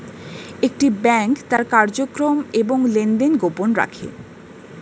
একটি ব্যাংক তার কার্যক্রম এবং লেনদেন গোপন রাখে